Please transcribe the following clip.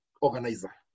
organizer